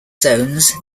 zones